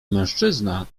mężczyzna